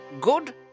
Good